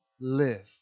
live